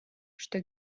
что